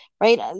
right